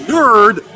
Nerd